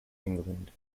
england